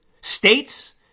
states